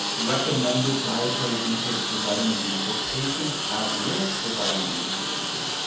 recommended dietary intakes for vitamin d for patients at risk for vitamin d deficiency,